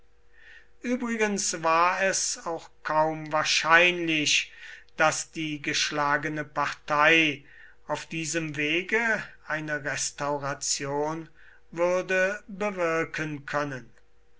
übrigens war es auch kaum wahrscheinlich daß die geschlagene partei auf diesem wege eine restauration würde bewirken können